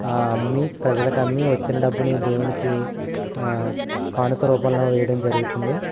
అమ్మి ప్రజలకు అమ్మి వచ్చిన డబ్బుని దేవునికి కానుక రూపంలో వేయడం జరుగుతుంది